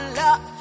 love